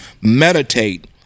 meditate